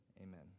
Amen